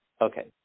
Okay